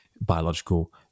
biological